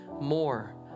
more